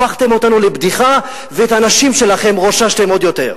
הפכתם אותנו לבדיחה ואת האנשים שלכם רוששתם עוד יותר.